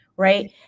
Right